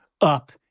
up